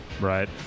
Right